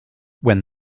when